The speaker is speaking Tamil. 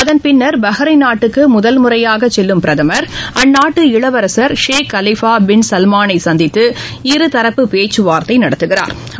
அதன்பின்னா் பஹ்ரைன் நாட்டுக்கு முதல் முறையாக செல்லும் பிரதமா் அந்நாட்டு இளவரசா் ஷேக் கலிபா பின் சல்மானை சந்தித்து இருதரப்பு பேச்சுவாா்த்தை நடத்துகிறாா்